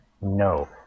No